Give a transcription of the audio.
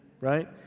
Right